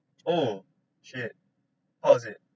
oh shit how was it